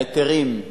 ההיתרים,